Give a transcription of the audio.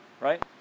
Right